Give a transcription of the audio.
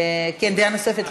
דעה נוספת.